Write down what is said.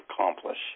accomplish